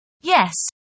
Yes